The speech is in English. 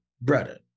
brother